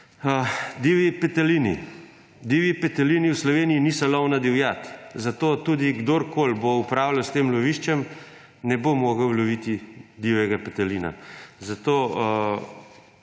Divji petelini. Divji petelini v Sloveniji niso lov na divjad, zato tudi kdorkoli bo opravljal s tem loviščem, ne bo mogel loviti divjega petelina. Kot